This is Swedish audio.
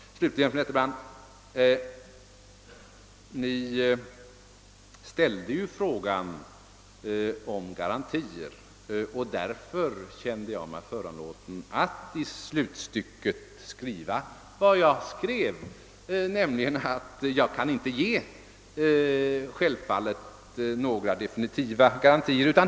Slutligen, fru Nettelbrandt: Ni ställde ju frågan om garantier, och därför kände jag mig föranlåten att i slutstycket skriva vad jag skrev, nämligen att jag självfallet inte kan ge några definitiva garantier.